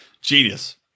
Genius